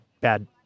bad